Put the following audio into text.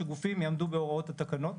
שגופים יעמדו בהוראות התקנון.